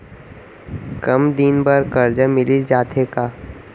कम दिन बर करजा मिलिस जाथे का?